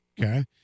Okay